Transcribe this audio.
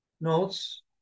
notes